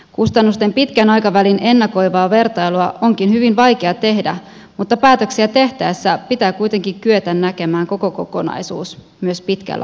kustannusten pitkän aikavälin ennakoivaa vertailua onkin hyvin vaikea tehdä mutta päätöksiä tehtäessä pitää kuitenkin kyetä näkemään koko kokonaisuus myös pitkällä aikavälillä